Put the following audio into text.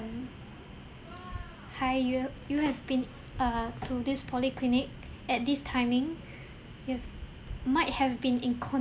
um hi you you have been err to this polyclinic at this timing you have might have been in contact